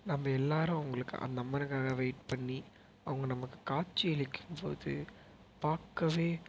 நம்ப எல்லாரும் அவங்களுக்கு அந்த அம்மனுக்காக வெயிட் பண்ணி அவங்க நமக்கு காட்சி அளிக்கும்போது பார்க்கவே